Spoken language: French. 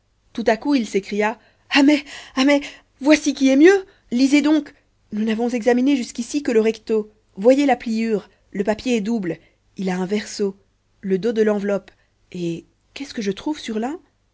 tout à coup il s'écria ah mais ah mais voici qui est mieux lisez donc nous n'avons examiné jusqu'ici que le recto voyez la pliure le papier est double il a un verso le dos de l'enveloppe et qu'est-ce que je trouve sur l'un